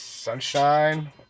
Sunshine